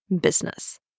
business